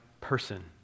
person